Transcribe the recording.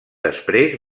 després